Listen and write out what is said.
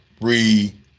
re